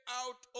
out